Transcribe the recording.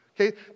Okay